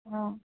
ఆ